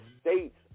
states